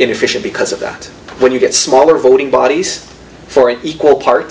inefficient because of that when you get smaller voting bodies for an equal part